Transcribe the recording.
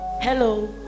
Hello